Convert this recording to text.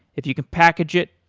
if you can package it,